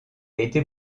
été